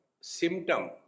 symptom